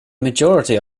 majority